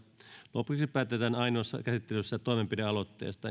lopuksi päätetään ainoassa käsittelyssä toimenpidealoitteesta